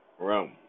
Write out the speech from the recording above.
room